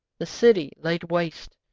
the city laid waste,